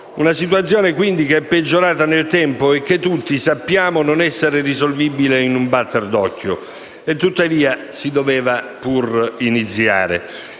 Una situazione, quindi, che è peggiorata nel tempo e che tutti sappiamo non essere risolvibile in un batter d'occhio. Tuttavia si doveva pur iniziare,